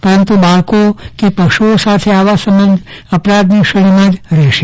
પરંતુ બાળકો કે પશુઓ સાથે આવા સંબંધ અપરાધની શ્રેણીમાં જ રહેશે